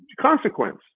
consequence